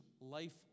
life